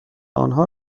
آنها